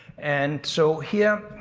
and so here,